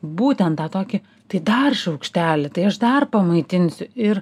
būtent tą tokį tai dar šaukštelį tai aš dar pamaitinsiu ir